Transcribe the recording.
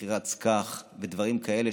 מכירת סכך ודברים כאלה,